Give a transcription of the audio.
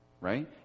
right